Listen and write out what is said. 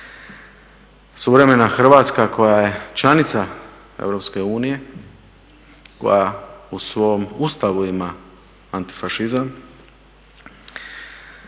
Suvremena Hrvatska koja je članica EU, koja u svom Ustavu ima antifašizam